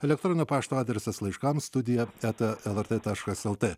elektroninio pašto adresas laiškams studija eta lrt taškas lt